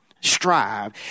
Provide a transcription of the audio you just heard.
Strive